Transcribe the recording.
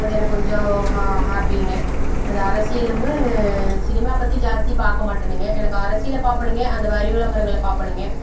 அது எனக்கு கொஞ்சம் ஹா ஹாபிங்க அது அரசியலுமு சினிமா பற்றி ஜாஸ்தி பார்க்கமாட்டணுங்க எனக்கு அரசியலை பார்ப்பணுங்க அந்த வரி விளம்பரங்கள பார்ப்பணுங்க